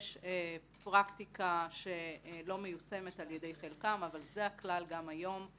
יש פרקטיקה שלא מיושמת על-ידי חלקם אבל זה הכלל גם היום.